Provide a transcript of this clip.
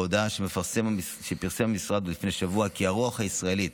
בהודעה שפרסם המשרד לפני שבוע, כי הרוח הישראלית